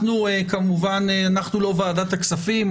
אנחנו כמובן לא ועדת הכספים,